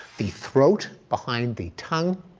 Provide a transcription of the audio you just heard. the throat behind the tongue,